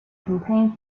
contain